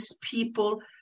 people